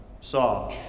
saw